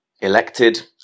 Elected